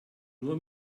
nur